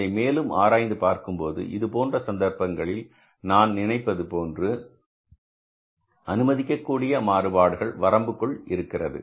இதை மேலும் ஆராய்ந்து பார்க்கும்போது இது போன்ற சந்தர்ப்பங்களில் நான் நினைப்பது இதுபோன்ற அனுமதிக்கக் கூடிய மாறுபாடுகள் வரம்புக்குள் இருக்கிறது